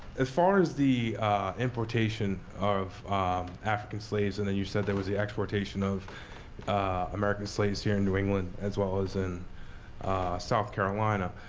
as far as the importation of african slaves, and then you said there was the exportation of american slaves here in new england, as well as in south carolina.